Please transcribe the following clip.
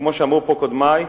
וכמו שאמרו פה קודמי,